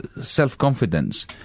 self-confidence